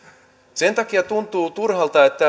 sen takia tuntuu turhalta että